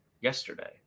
yesterday